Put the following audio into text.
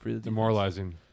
demoralizing